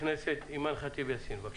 חברת הכנסת אימאן ח'טיב יאסין, בבקשה.